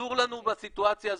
אסור לנו בסיטואציה הזו,